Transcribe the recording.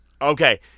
Okay